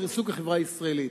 ולריסוק החברה הישראלית.